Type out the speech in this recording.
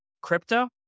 Crypto